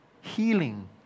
healing